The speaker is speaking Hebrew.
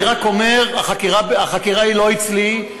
אני רק אומר שהחקירה לא אצלי,